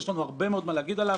יש לנו הרבה מאוד מה להגיד עליו.